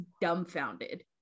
dumbfounded